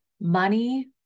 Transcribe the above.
money